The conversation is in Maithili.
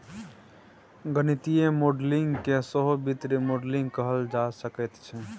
गणितीय मॉडलिंग केँ सहो वित्तीय मॉडलिंग कहल जा सकैत छै